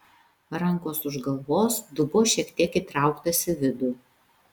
rankos už galvos dubuo šiek tiek įtrauktas į vidų